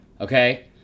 Okay